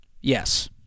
Yes